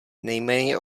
nejméně